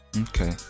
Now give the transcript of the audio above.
Okay